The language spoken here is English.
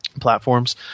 platforms